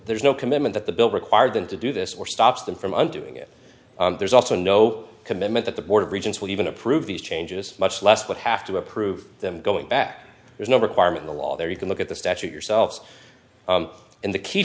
there's no commitment that the bill required them to do this or stops them from doing it there's also no commitment that the board of regents will even approve these changes much less would have to approve them going back there's no requirement the law there you can look at the statute yourselves and